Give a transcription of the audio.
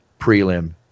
prelim